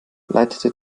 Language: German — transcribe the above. leitete